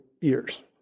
years